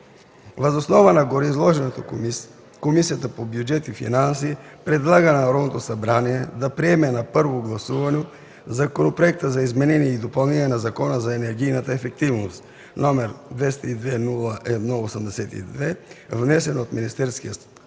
Въз основа на гореизложеното Комисията по бюджет и финанси предлага на Народното събрание да приеме на първо гласуване Законопроекта за изменение и допълнение на Закона за енергийната ефективност, № 202-01-82, внесен от Министерския съвет